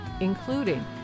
including